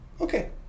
Okay